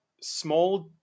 small